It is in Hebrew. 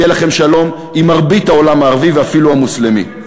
יהיה לכם שלום עם מרבית העולם הערבי ואפילו המוסלמי.